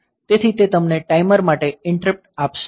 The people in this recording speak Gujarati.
તેથી તે તમને ટાઈમર માટે ઈંટરપ્ટ આપશે